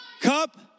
cup